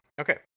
Okay